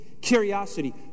curiosity